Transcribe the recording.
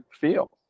feel